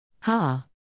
Ha